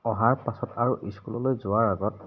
অহাৰ পাছত আৰু স্কুললৈ যোৱাৰ আগত